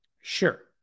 Sure